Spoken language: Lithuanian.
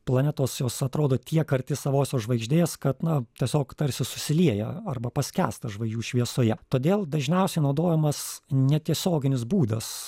planetos jos atrodo tiek arti savosios žvaigždės kad na tiesiog tarsi susilieja arba paskęsta žvaigždžių šviesoje todėl dažniausiai naudojamas netiesioginis būdas